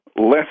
less